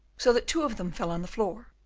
so that two of them fell on the floor,